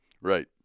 Right